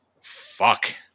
Fuck